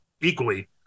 equally